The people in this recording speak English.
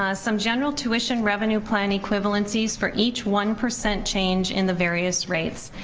ah some general tuition revenue plan equivalencies for each one percent change in the various rates.